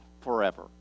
forever